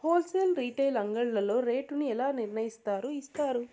Whole sale retail అంగడ్లలో rate ను ఎలా నిర్ణయిస్తారు యిస్తారు?